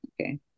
okay